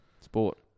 Sport